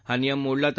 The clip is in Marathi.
हा नियम मोडला तर